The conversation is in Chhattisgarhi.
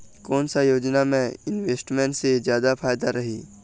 कोन सा योजना मे इन्वेस्टमेंट से जादा फायदा रही?